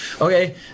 okay